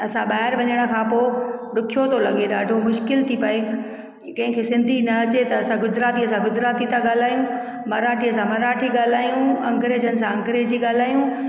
असां ॿाहिरि वञण खां पोइ ॾुखियो थो लॻे ॾाढो मुश्किल थी पए कंहिंखे सिंधी न अचे त असां गुजरातीअ सां गुजराती था ॻाल्हायूं मराठीअ सां मराठी ॻाल्हायूं अंग्रेज़नि सां अंग्रेज़ी ॻाल्हायूं